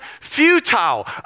futile